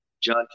John